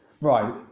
Right